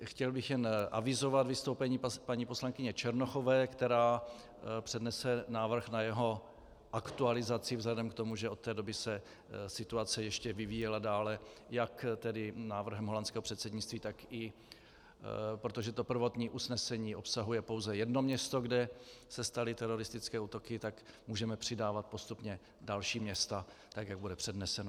Chtěl bych jen avizovat vystoupení paní poslankyně Černochové, která přednese návrh na jeho aktualizaci vzhledem k tomu, že od té doby se situace ještě vyvíjela dále jak tedy návrhem holandského předsednictví, tak i proto, že to prvotní usnesení obsahuje pouze jedno město, kde se staly teroristické útoky, tak můžeme přidávat postupně další města, tak jak bude předneseno.